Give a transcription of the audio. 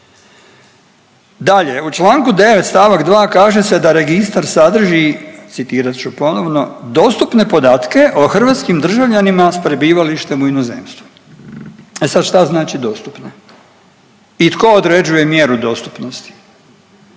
Dalje, u čl. 9. st. 2. kaže se da registar sadrži, citirat ću ponovno, dostupne podatke o hrvatskim državljanima s prebivalištem u inozemstvu. E sad šta znači dostupne i tko određuje mjeru dostupnosti?